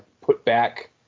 put-back